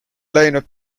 läinud